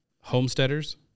homesteaders